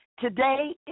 Today